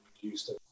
produced